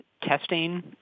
testing